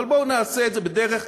אבל בואו נעשה את זה בדרך,